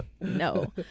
no